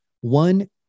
One